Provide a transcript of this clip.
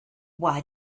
why